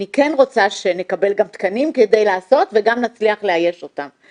אני כן רוצה שנקבל גם תקנים כדי לעשות וגם נצליח לאייש אותם.